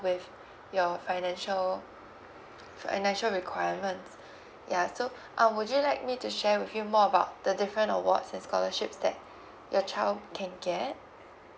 with your financial financial requirements ya so uh would you like me to share with you more about the different awards and scholarships that your child can get